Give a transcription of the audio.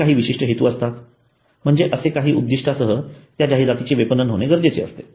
येथे काही विशिष्ठ हेतू असतात म्हणजे असे काही उद्दिष्ठासह त्या जाहिरातीचे विपणन होणे गरजेचे असते